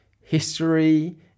history